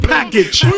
Package